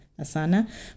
Asana